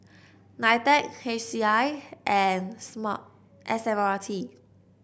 Nitec H C I and Smart S M R T